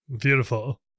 Beautiful